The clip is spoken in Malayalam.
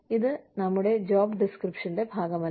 ഇത് ഞങ്ങളുടെ ജോബ് ഡിസ്ക്രിപ്ഷന്റെ ഭാഗമല്ല